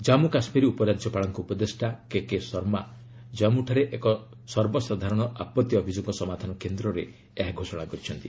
ଜାମ୍ମୁ କାଶ୍ମୀର ଉପରାଜ୍ୟପାଳଙ୍କ ଉପଦେଷ୍ଟା K K Sharma ଜାନ୍ଗୁଠାରେ ଏକ ସର୍ବସାଧାରଣ ଆପଭି ଅଭିଯୋଗ ସମାଧାନ କେନ୍ଦ୍ରରେ ଏହା ଘୋଷଣା କରିଛନ୍ତି